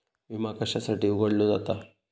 विमा कशासाठी उघडलो जाता?